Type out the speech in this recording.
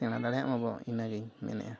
ᱥᱮᱬᱟ ᱫᱟᱲᱮᱭᱟᱜ ᱢᱟᱵᱚᱱ ᱤᱱᱟᱹᱜᱤᱧ ᱢᱮᱱᱮᱜᱼᱟ